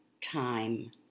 time